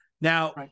Now